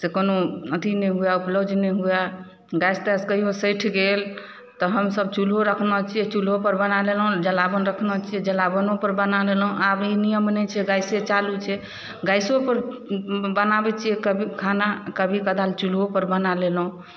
से कोनो अथि नहि हुए एक्सप्लोड नहि हुए गैस तैस कहिओ सधि गेल तऽ हमसभ चुल्हो रखने छियै चुल्होपर बना लेलहुँ जलावन रखने छियै जलावनोपर बना लेलहुँ आब ई नियम नहि छै गैसे चालू छै गैसोपर बनाबै छियै कभी खाना कभी कदाल चुल्होपर बना लेलहुँ